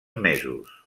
mesos